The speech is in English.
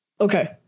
Okay